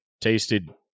tasted